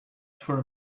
for